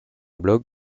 blog